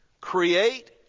Create